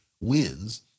wins